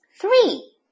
three